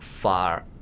far